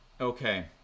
Okay